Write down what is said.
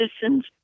citizens